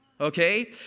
Okay